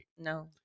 no